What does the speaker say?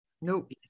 nope